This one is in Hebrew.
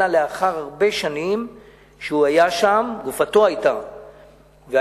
אלא לאחר הרבה שנים שגופתו היתה שם,